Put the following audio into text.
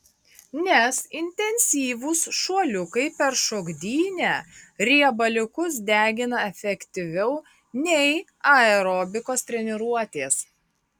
nes intensyvūs šuoliukai per šokdynę riebaliukus degina efektyviau nei aerobikos treniruotės